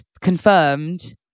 confirmed